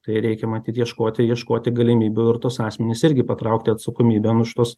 tai reikia matyt ieškoti ieškoti galimybių ir tuos asmenis irgi patraukti atsakomybėn už tuos